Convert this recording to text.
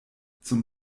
zum